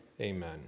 Amen